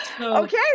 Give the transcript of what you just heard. okay